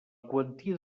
quantia